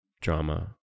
drama